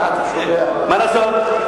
מה לעשות?